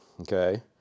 okay